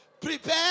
Prepare